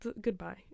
Goodbye